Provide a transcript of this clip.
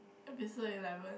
episode eleven